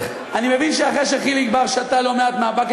אני מבין שאחרי שחיליק בר שתה לא מעט מהבאקט